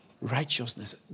Righteousness